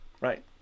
Right